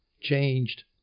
changed